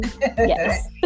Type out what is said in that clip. Yes